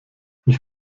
ich